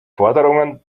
forderungen